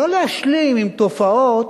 לא להשלים עם תופעות